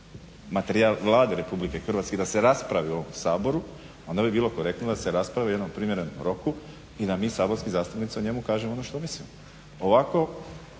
materijal Vlade Republike Hrvatske i da se raspravi u ovom Saboru, onda bi bilo korektno da se raspravi u jednom primjerenom roku i da mi saborski zastupnici o njemu kažemo ono što mislimo. Ovako